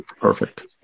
Perfect